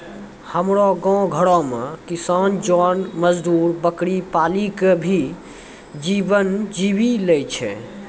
हमरो गांव घरो मॅ किसान जोन मजदुर बकरी पाली कॅ भी जीवन जीवी लॅ छय